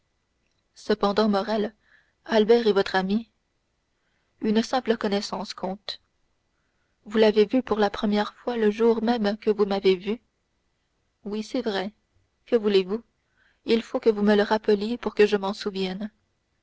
cependant morrel albert est votre ami une simple connaissance comte vous l'avez vu pour la première fois le jour même que vous m'avez vu oui c'est vrai que voulez-vous il faut que vous me le rappeliez pour que je m'en souvienne